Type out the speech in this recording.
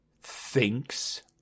thinks